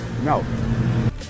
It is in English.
No